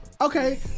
Okay